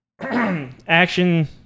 Action